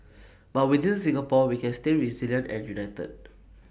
but within Singapore we can stay resilient and united